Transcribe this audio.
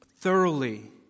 Thoroughly